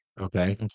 okay